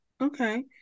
Okay